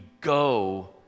go